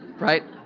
right?